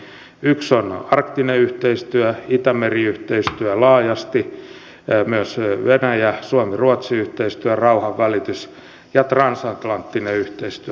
yksi on arktinen yhteistyö itämeri yhteistyö laajasti myös venäjä yhteistyö suomiruotsi yhteistyö rauhanvälitys ja transatlanttinen yhteistyö